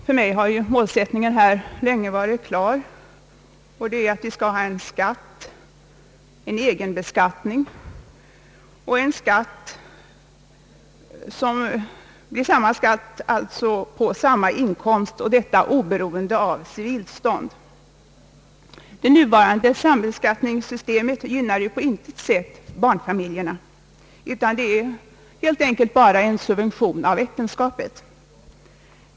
För mig har målsättningen länge varit klar, nämligen att vi skulle ha en egenbeskattning, alltså samma skatt på samma inkomst oberoende av civilstånd. Det nuvarande sambeskattningssystemet gynnar ju på intet sätt barnfamiljerna, utan det är helt enkelt en subvention av äktenskapet.